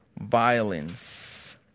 violence